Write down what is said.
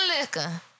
liquor